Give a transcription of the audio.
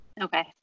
Okay